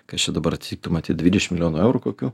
kas čia dabar atitiktų matyt dvidešimt milijonų eurų kokių